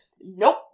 nope